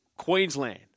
Queensland